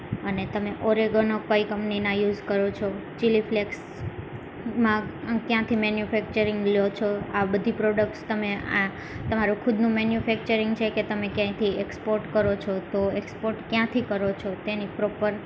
અને તમે ઓરેગનો કઈ કંપનીના યુઝ કરો છો ચિલ્લી ફ્લેક્સમાં ક્યાંથી મેન્યુફેક્ચરિંગ લો છો આ બધી પ્રોડક્ટ્સ તમે આ તમારું ખુદનું મેન્યુફેક્ચરિંગ છે કે તમે ક્યાંકથી એકસ્પોટ કરો છો તો એકસ્પોટ ક્યાંથી કરો છો તેની પ્રોપર